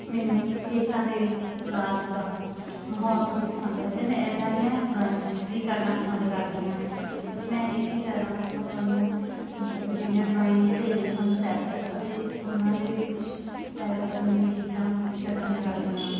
ਮੈਨੂੰ ਖੇਤਾਂ ਦੇ ਵਿੱਚ ਰਾਤ ਦਾ ਮਾਹੌਲ ਵੀ ਪਸੰਦ ਹੈ ਅਤੇ ਮੈਂ ਇੱਦਾਂ ਦੀਆਂ ਡਰਾਇੰਗਸ ਵੀ ਕਰਨਾ ਪਸੰਦ ਕਰਦੀ ਹਾਂ ਮੈਂ ਇਸੀ ਤਰ੍ਹਾਂ ਆਪਣੀਆਂ ਜਿਹੜੀਆਂ ਡਰਾਇੰਗਸ ਦੇ ਲਈ ਕਨਸੈਪਟ ਅਤੇ ਉਹਨਾਂ ਦੇ ਵਿੱਚ ਐਡ ਕਰਨ ਲਈ ਚੀਜ਼ਾਂ ਇਕੱਠੀਆਂ ਕਰਦੀ ਹਾਂ